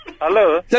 Hello